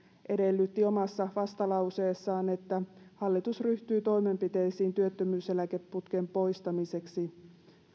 edellytti omassa vastalauseessaan että hallitus ryhtyy toimenpiteisiin työttömyyseläkeputken poistamiseksi